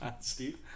Steve